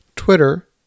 Twitter